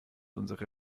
unsere